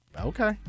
Okay